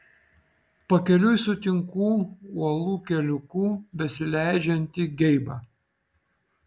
pakeliui sutinku uolų keliuku besileidžiantį geibą